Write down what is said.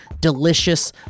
delicious